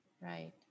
Right